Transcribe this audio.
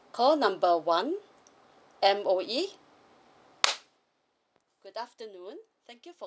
call number one M_O_E good afternoon thank you for